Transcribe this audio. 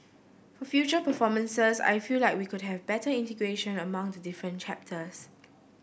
for future performances I feel like we could have better integration among the different chapters